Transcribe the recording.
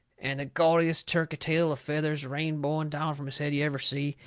and the gaudiest turkey tail of feathers rainbowing down from his head you ever see,